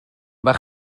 bach